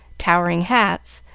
towering hats,